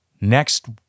Next